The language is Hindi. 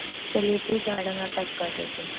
चलिए ठीक है मैडम मैं पैक कर देती हूँ